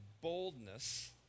boldness